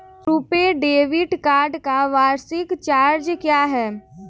RuPay debit card का वार्षिक charge क्या है?